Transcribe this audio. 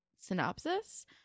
synopsis